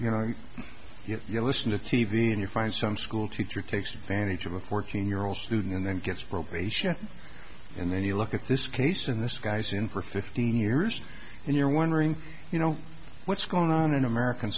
you know if you listen to t v in your find some schoolteacher takes advantage of a fourteen year old student and then gets probation and then you look at this case in this guy's in for fifteen years and you're wondering you know what's going on in american